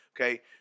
Okay